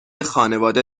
خانواده